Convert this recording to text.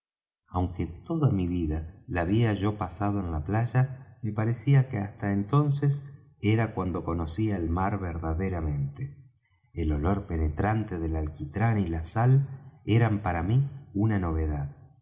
aunque toda mi vida la había yo pasado en la playa me parecía que hasta entonces era cuando conocía el mar verdaderamente el olor penetrante del alquitrán y la sal eran para mí una novedad